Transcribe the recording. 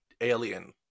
alien